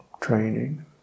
training